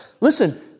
listen